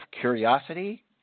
curiosity